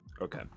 Okay